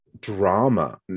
drama